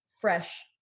fresh